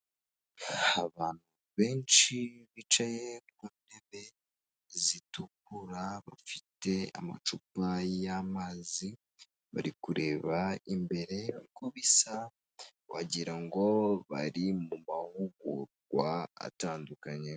Abantu benshi bicaye ku ntebe zitukura, bafite amacupa y'amazi bari kureba imbere, uko bisa wagirango bari mu mahugurwa atandukanye.